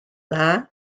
dda